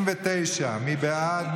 59. מי בעד?